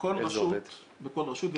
בכל רשות,